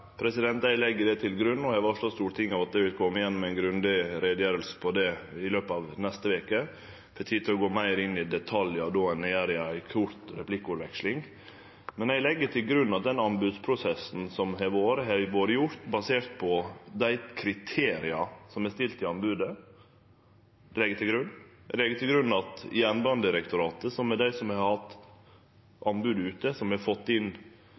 dagene? Eg legg det til grunn, og eg har varsla Stortinget om at eg vil kome igjen med ei grundig utgreiing om det i løpet av neste veke. Eg får tid til å gå meir inn i detaljane då enn eg gjer i ei kort replikkordveksling. Men eg legg til grunn at anbodsprosessen som har vore, har vore basert på dei kriteria som er stilte i anbodet. Eg legg til grunn at Jernbanedirektoratet, som har hatt anbodet ute og fått inn